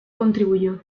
contribuyó